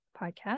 podcast